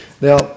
Now